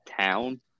town